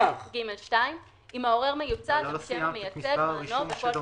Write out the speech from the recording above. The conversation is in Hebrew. ג(2) -- אבל לא סיימת את "מספר הרישום שלו,